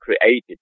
created